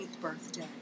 birthday